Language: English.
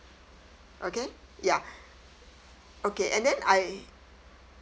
okay ya okay and then I